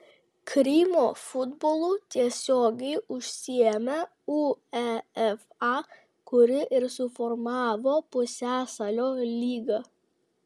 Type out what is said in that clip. krymo futbolu tiesiogiai užsiėmė uefa kuri ir suformavo pusiasalio lygą